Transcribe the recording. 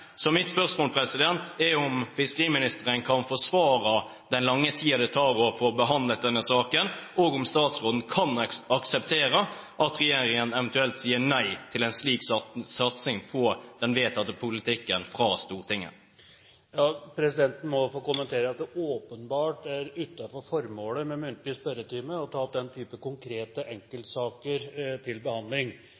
Så mitt spørsmål er om fiskeriministeren kan forsvare den lange tiden det tar å få behandlet denne saken, og om statsråden kan akseptere at regjeringen eventuelt sier nei til en slik satsing på den vedtatte politikken fra Stortinget. Presidenten må få kommentere at det åpenbart er utenfor formålet med muntlig spørretime å ta opp den type konkrete